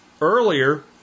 Earlier